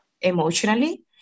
emotionally